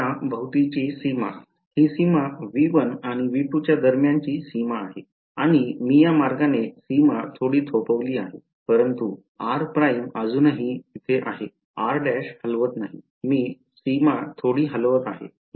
त्याभोवतीची सीमा ही सीमा V1 आणि V2 त्या दरम्यानची सीमा आहे आणि मी या मार्गाने सीमा थोडी थोपविली आहे परंतु r प्राइम अजूनही तेथे आहे r' हलवत नाही मी सीमा थोडी हलवित आहे